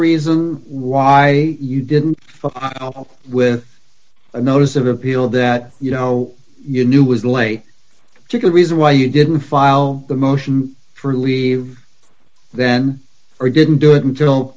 reason why you didn't go with a notice of appeal that you know you knew was late to the reason why you didn't file the motion for leave then or didn't do it until